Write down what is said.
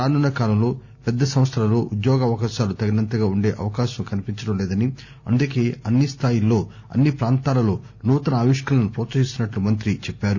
రాసున్న కాలంలో పెద్ద సంస్థలలో ఉద్యోగావకాశాలు తగినంతగా ఉందే అవకాశం కనిపించడం లేదని అందుకే అన్ని స్థాయిల్లో అన్ని పాంతాలలో నూతన ఆవిష్కరణలను ప్రోత్సహిస్తున్నట్లు మంఁతి చెప్పారు